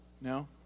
no